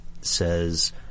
says